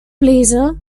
blazer